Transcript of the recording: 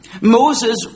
Moses